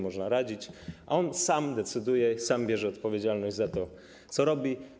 Można radzić, a on sam decyduje, sam bierze odpowiedzialność za to, co robi.